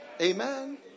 Amen